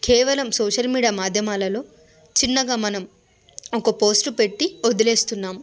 కేవలం social media మాధ్యమాలలో చిన్నగా మనం ఒక పోస్ట్ పెట్టి వదిలేస్తున్నాం